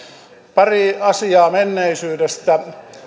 pari asiaa menneisyydestä